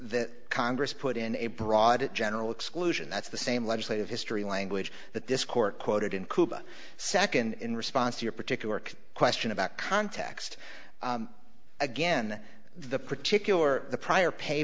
that congress put in a broad general exclusion that's the same legislative history language that this court quoted in cuba second in response to your particular question about context again the particular the prior pay